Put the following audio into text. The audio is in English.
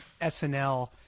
SNL